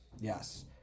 Yes